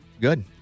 good